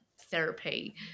therapy